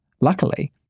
Luckily